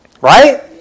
Right